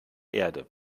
erde